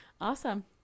awesome